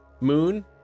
moon